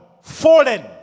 fallen